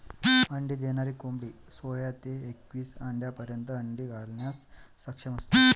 अंडी देणारी कोंबडी सोळा ते एकवीस आठवड्यांपर्यंत अंडी घालण्यास सक्षम असते